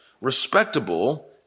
respectable